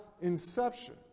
inception